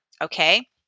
okay